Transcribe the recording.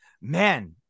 man